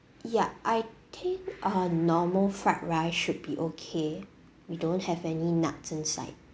yeah I think uh normal fried rice should be okay we don't have any nuts inside